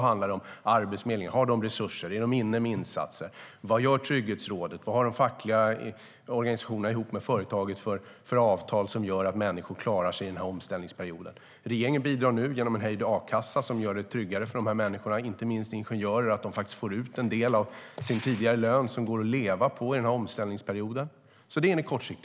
Har Arbetsförmedlingen resurser och gör de insatser, vad gör Trygghetsrådet och har de fackliga organisationerna och företagen avtal som gör att människor klarar sig under omställningsperioden? Regeringen bidrar nu genom en höjd a-kassa som gör det tryggare för dessa människor, inte minst ingenjörer, som får ut en del av sin tidigare lön som går att leva på under omställningsperioden. Det är på kort sikt.